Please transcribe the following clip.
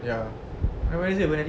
ya wednesday [pe] nari